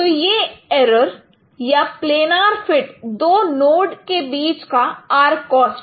तो यह इरर या प्लेनर फिट दो नोड के बीच का आर्क कॉस्ट है